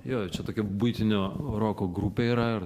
jo čia tokia buitinio roko grupė yra ir